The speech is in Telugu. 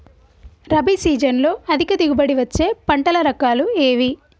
రబీ సీజన్లో అధిక దిగుబడి వచ్చే పంటల రకాలు ఏవి?